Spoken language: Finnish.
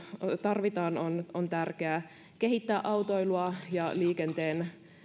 tarvitaan on on tärkeää kehittää autoilua ja